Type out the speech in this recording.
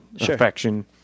affection